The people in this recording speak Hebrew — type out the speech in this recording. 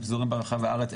הם פזורים בכל רחבי הארץ,